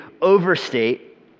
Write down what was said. overstate